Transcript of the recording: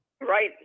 Right